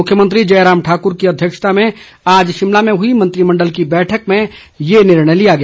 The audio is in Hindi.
मुख्यमंत्री जयराम ठाकुर की अध्यक्षता में आज शिमला में हुई मंत्रिमंडल की बैठक में यह निर्णय लिया गया